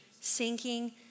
sinking